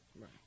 Right